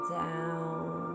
down